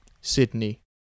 Sydney